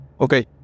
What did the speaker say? okay